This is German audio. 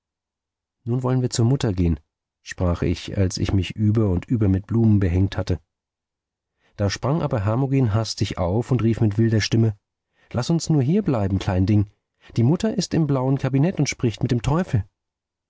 nun wollen wir zur mutter gehen sprach ich als ich mich über und über mit blumen behängt hatte da sprang aber hermogen hastig auf und rief mit wilder stimme laß uns nur hier bleiben klein ding die mutter ist im blauen kabinett und spricht mit dem teufel